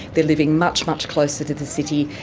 they're living much, much closer to the city,